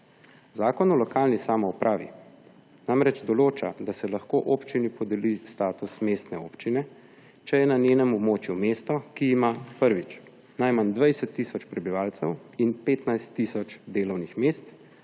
Zakon o lokalni samoupravi namreč določa, da se lahko občini podeli status mestne občine, če je na njenem območju mesto, ki ima, prvič, najmanj 20 tisoč prebivalcev in 15 tisoč delovnih mest,